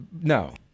No